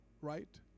Right